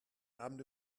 abend